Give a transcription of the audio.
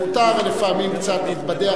מותר לפעמים קצת להתבדח,